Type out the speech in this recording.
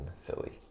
Philly